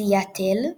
סיאטל,